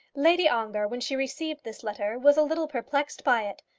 lady ongar, when she received this letter, was a little perplexed by it,